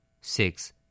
Six